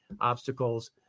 obstacles